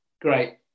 great